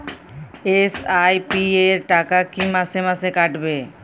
SIP র টাকা কী মাসে মাসে কাটবে?